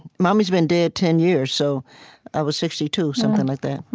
mommy's been dead ten years, so i was sixty two, something like that.